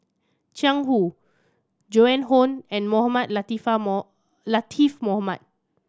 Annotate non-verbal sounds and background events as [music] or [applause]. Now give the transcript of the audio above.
Jiang Hu Joan Hon and Mohamed Latiff [unintelligible] Latiff Mohamed